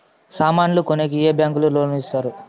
సామాన్లు కొనేకి ఏ బ్యాంకులు లోను ఇస్తారు?